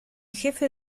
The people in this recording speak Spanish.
jefe